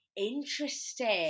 interesting